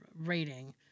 rating